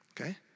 okay